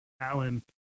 Alan